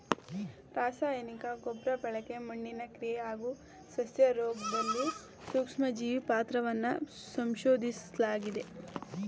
ರಾಸಾಯನಿಕ ಗೊಬ್ರಬಳಕೆ ಮಣ್ಣಿನ ಕ್ರಿಯೆ ಹಾಗೂ ಸಸ್ಯರೋಗ್ದಲ್ಲಿ ಸೂಕ್ಷ್ಮಜೀವಿ ಪಾತ್ರವನ್ನ ಸಂಶೋದಿಸ್ಲಾಗಿದೆ